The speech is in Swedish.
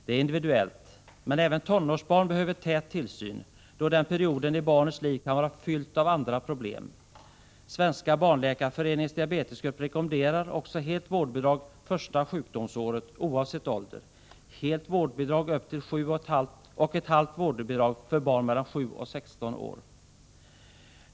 Det är individuellt, men även tonårsbarn behöver tät tillsyn, då den perioden i barnets liv kan vara fylld av andra problem. Svenska barnläkarföreningens diabetesgrupp rekommenderar också helt vårdbidrag första sjukdomsåret oavsett ålder, helt vårdbidrag upp till 7 år och halvt vårdbidrag för barn mellan 7 och 16 år.